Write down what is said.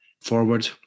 forward